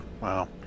Wow